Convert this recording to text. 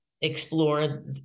explore